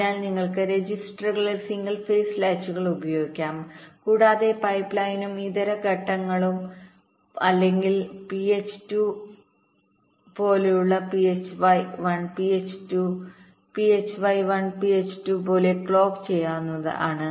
അതിനാൽ നിങ്ങൾക്ക് രജിസ്റ്ററുകളിൽ സിംഗിൾ ഫേസ് ലാച്ചുകൾഉപയോഗിക്കാം കൂടാതെ പൈപ്പ് ലൈനും ഇതര ഘട്ടങ്ങളും ph 1 അല്ലെങ്കിൽ phi 2 പോലുള്ള phi 1 phi 2 phi 1 phi 2 പോലെ ക്ലോക്ക് ചെയ്യാവുന്നതാണ്